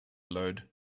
load